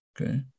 Okay